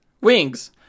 Wings